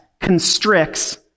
constricts